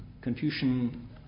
Confucian